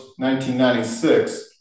1996